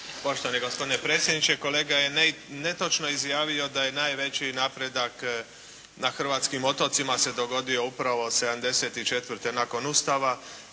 Poštovani gospodine predsjedniče kolega je netočno izjavio da je najveći napredak na hrvatskim otocima se dogodio upravo od '74. nakon Ustava.